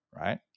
right